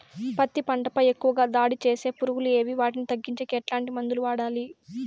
పత్తి పంట పై ఎక్కువగా దాడి సేసే పులుగులు ఏవి వాటిని తగ్గించేకి ఎట్లాంటి మందులు వాడాలి?